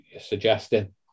suggesting